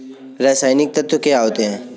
रसायनिक तत्व क्या होते हैं?